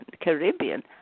Caribbean